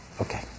Okay